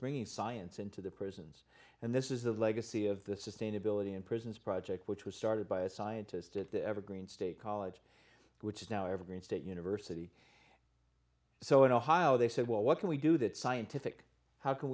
bringing science into the prisons and this is the legacy of the sustainability in prisons project which was started by a scientist at the evergreen state college which is now evergreen state university so in ohio they said well what can we do that scientific how can